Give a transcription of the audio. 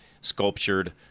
sculptured